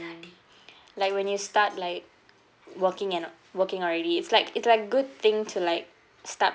like when you start like working you know working already it's like it's like a good thing to like start